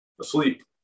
asleep